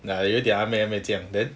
ya 有一点暧昧暧昧这样 then